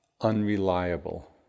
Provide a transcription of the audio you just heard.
unreliable